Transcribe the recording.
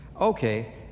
Okay